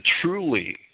truly